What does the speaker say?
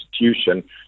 institution